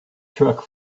truck